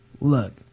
look